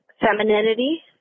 femininity